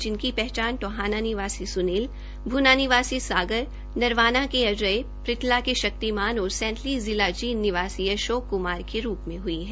जिनकी पहचान टोहाना निवासी स्नील भूना निवासी सागर नरवाना के अजय पिरथला के शक्तिमान और सैंथली जिला जींद निवासी अशोक क्मार उर्फ बिल्लू के रुप में हुई है